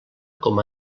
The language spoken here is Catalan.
com